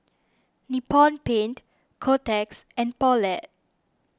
Nippon Paint Kotex and Poulet